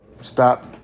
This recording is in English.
Stop